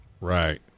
Right